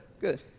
good